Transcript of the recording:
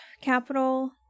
capital